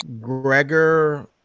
Gregor